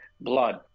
blood